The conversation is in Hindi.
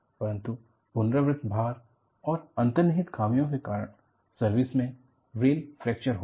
परंतु पुनरावृत भार और अंतर्निहित खामियों के कारण सर्विस में रेल फ्रैक्चर हो गई